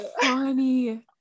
funny